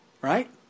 right